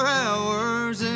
hours